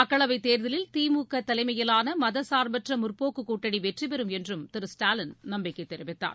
மக்களவை தேர்தலில் திமுக தலைமையிலான மதசார்பற்ற முற்போக்கு கூட்டணி வெற்றி பெறும் என்றும் திரு ஸ்டாலின் நம்பிக்கை தெரிவித்தார்